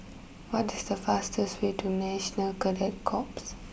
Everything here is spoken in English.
what is the fastest way to National Cadet Corps